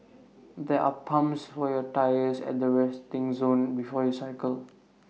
there are pumps for your tyres at the resting zone before you cycle